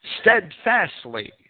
steadfastly